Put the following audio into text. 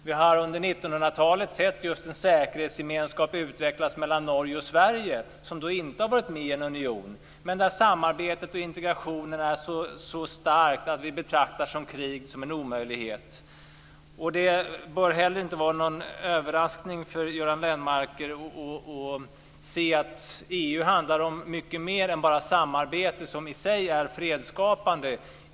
Vi har under 1900 talet sett just en säkerhetsgemenskap utvecklas mellan Norge och Sverige som då inte har varit med i en union, men det är ett sådant starkt samarbete och en sådan stark integration att vi betraktar krig som en omöjlighet. Det bör heller inte vara någon överraskning för Göran Lennmarker att EU handlar om mycket mer än bara om samarbete som i sig är fredsskapande.